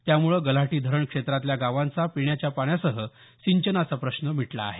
त्यामुळे गल्हाटी धरण क्षेत्रातल्या गावांचा पिण्याच्या पाण्यासह सिंचनाचा प्रश्न मिटला आहे